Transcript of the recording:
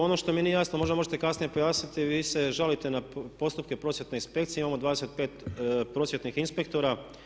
Ono što mi nije jasno, možda možete kasnije pojasniti i vi se žalite na postupke prosvjetne inspekcije, imamo 25 prosvjetnih inspektora.